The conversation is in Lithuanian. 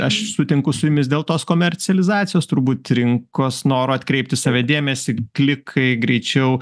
aš sutinku su jumis dėl tos komercializacijos turbūt rinkos noro atkreipti į save dėmesį klikai greičiau